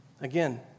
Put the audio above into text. Again